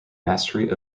mastery